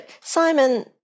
Simon